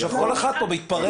עכשיו כל אחד פה מתפרע.